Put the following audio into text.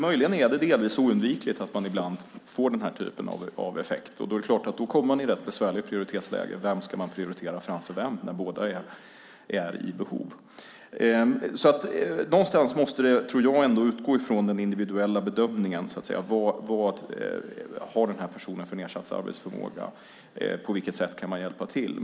Möjligen är det delvis oundvikligt att man ibland får den här typen av effekter, och då kommer man i ett rätt besvärligt prioritetsläge. Vem ska man prioritera framför vem när båda är i behov av stöd? Någonstans måste det, tror jag, utgå från den individuella bedömningen av vad personen har för nedsatt arbetsförmåga och på vilket sätt man kan hjälpa till.